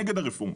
נגד הרפורמה.